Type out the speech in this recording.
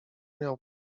miał